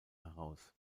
heraus